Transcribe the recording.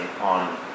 on